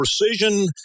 precision